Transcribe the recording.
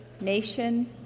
nation